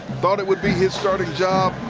thought it would be his starting job.